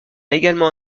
également